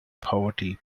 poverty